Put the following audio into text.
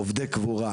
עובדי קבורה,